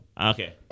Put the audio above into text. Okay